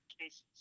cases